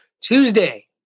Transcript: Tuesday